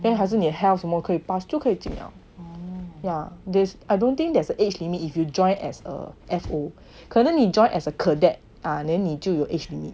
then 还是你的 health 什么就可以进 liao more career pass 就可以尽量 yeah there's I don't think there's an age limit if you joined as a fo 可能你 joined as a cadet ah then 你就有 age limit